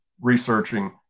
researching